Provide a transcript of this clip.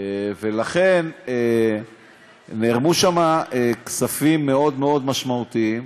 ולכן נערמו שם כספים מאוד מאוד משמעותיים,